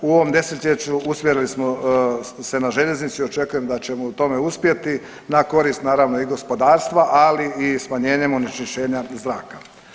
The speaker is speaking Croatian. U ovom 10-ljeću usmjerili smo se na željeznicu i očekujem da ćemo u tome uspjeti na korist naravno i gospodarstva, ali i smanjenjem onečišćenja zraka.